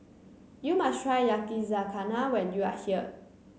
you must try Yakizakana when you are here